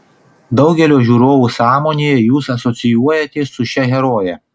daugelio žiūrovų sąmonėje jūs asocijuojatės su šia heroje